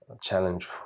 challenge